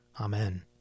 Amen